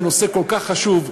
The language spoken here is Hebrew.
נושא כל כך חשוב,